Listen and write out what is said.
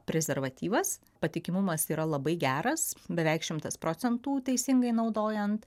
prezervatyvas patikimumas yra labai geras beveik šimtas procentų teisingai naudojant